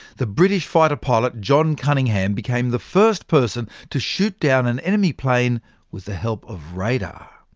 the british fighter pilot, john cunningham, became the first person to shoot down an enemy plane with the help of radar.